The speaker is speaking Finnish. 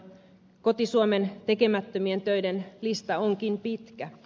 koti suomen tekemättömien töiden lista onkin pitkä